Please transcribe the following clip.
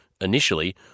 initially